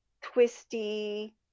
twisty